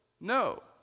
No